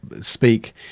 speak